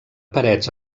parets